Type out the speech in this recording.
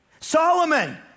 Solomon